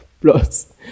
plus